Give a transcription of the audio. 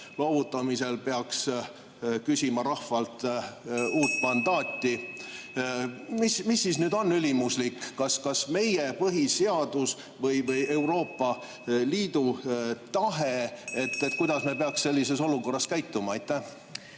loovutamisel peaks küsima rahvalt uut mandaati. Mis siis nüüd on ülimuslik, kas meie põhiseadus või Euroopa Liidu tahe? Kuidas me peaksime sellises olukorras käituma? Aitäh!